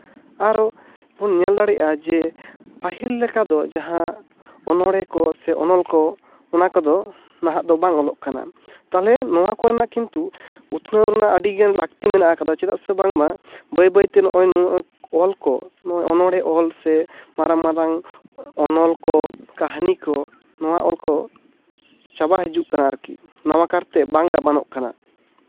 ᱟᱨᱚ ᱵᱚᱱ ᱧᱮᱞ ᱫᱟᱲᱮᱭᱟᱜᱼᱟ ᱡᱮ ᱯᱟᱹᱦᱤᱞ ᱞᱮᱠᱟ ᱫᱚ ᱡᱟᱦᱟᱸ ᱚᱱᱚᱬᱦᱮᱸ ᱠᱚ ᱥᱮ ᱚᱱᱚᱞ ᱠᱚ ᱚᱱᱟ ᱠᱚᱫᱚ ᱱᱟᱦᱟᱜ ᱫᱚ ᱵᱟᱝ ᱚᱞᱚᱜ ᱠᱟᱱᱟ ᱛᱟᱦᱚᱞᱮ ᱱᱚᱣᱟ ᱠᱚᱨᱮᱱᱟᱜ ᱠᱤᱱᱛᱩ ᱩᱛᱱᱟᱹᱣ ᱨᱮᱱᱟᱜ ᱟᱹᱰᱤᱜᱮ ᱞᱟᱹᱠᱛᱤ ᱢᱮᱱᱟᱜ ᱠᱟᱫᱟ ᱪᱮᱫᱟᱜ ᱥᱮ ᱵᱟᱝᱢᱟ ᱱᱚᱜᱼᱚᱭ ᱚᱞ ᱠᱚ ᱚᱱᱚᱬᱦᱮᱸᱜ ᱚᱞ ᱥᱮ ᱢᱟᱨᱟᱝ ᱢᱟᱨᱟᱝ ᱚᱱᱚᱞ ᱠᱚ ᱠᱟᱹᱦᱱᱤ ᱠᱚ ᱱᱚᱣᱟ ᱚᱞ ᱠᱚ ᱪᱟᱵᱟ ᱦᱤᱡᱩᱜ ᱠᱟᱱᱟ ᱟᱨᱠᱤ ᱱᱟᱣᱟ ᱠᱟᱨᱛᱮ ᱵᱟᱝ ᱜᱟᱵᱟᱱᱚᱜ ᱠᱟᱱᱟ